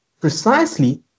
precisely